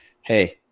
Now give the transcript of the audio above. hey